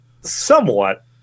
somewhat